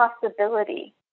possibility